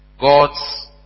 God's